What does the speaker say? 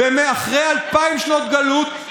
אחרי אלפיים שנות גלות,